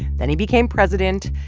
then he became president.